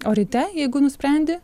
o ryte jeigu nusprendi